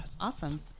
Awesome